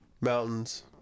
Mountains